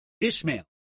Ishmael